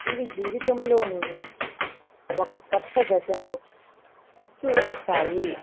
ఇవి జీవితంలో ఒక కొత్త దశను సూచిస్తాయి